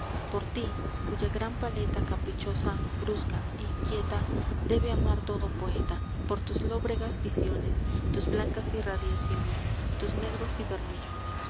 por ti cuya gran paleta caprichosa brusca inquieta debe amar todo poeta por tus lóbregas visiones tus blancas irradiaciones tus negros y bermellones